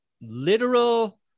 Literal